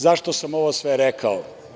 Zašto sam ovo sve rekao?